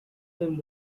them